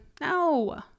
No